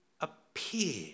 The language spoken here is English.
appeared